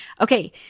Okay